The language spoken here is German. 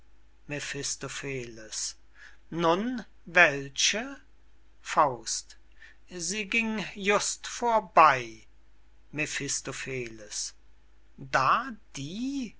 mephistopheles nun welche sie ging just vorbey mephistopheles da die